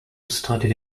studied